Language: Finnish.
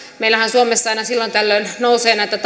meillähän suomessa aina silloin tällöin nousee näitä